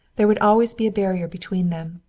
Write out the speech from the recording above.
there would always be a barrier between them.